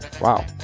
Wow